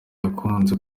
yakunze